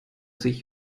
sich